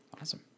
awesome